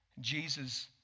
Jesus